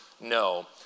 No